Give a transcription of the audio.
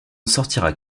sortira